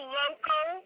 local